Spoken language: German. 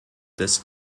des